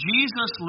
Jesus